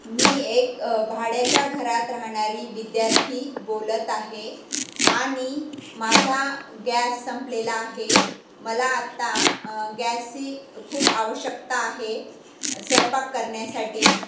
मी एक भाड्याच्या घरात राहणारी विद्यार्थी बोलत आहे आणि माझा गॅस संपलेला आहे मला आत्ता गॅसची खूप आवश्यकता आहे स्वयंपाक करण्यासाठी